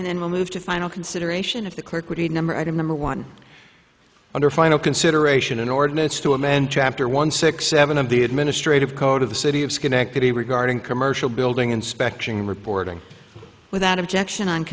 and then we'll move to final consideration of the clerk with the number at number one under final consideration an ordinance to amend chapter one six seven of the administrative code of the city of schenectady regarding commercial building inspection reporting without objection on